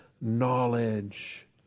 knowledge